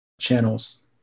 channels